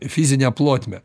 fizinę plotmę